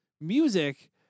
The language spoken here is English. music